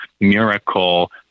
miracle